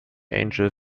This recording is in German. angel